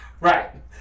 Right